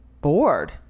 Bored